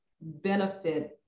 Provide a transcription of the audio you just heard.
benefit